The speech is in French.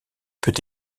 peut